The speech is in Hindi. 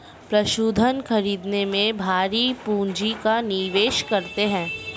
पशुधन खरीदने में भारी पूँजी का निवेश करते हैं